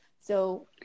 So-